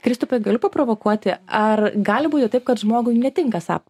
kristupai galiu paprovokuoti ar gali būti taip kad žmogui netinka sap